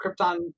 Krypton